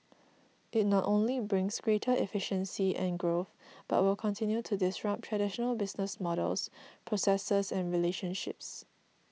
it not only brings greater efficiency and growth but will continue to disrupt traditional business models processes and relationships